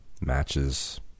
matches